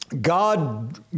God